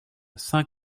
saint